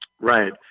Right